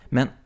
Men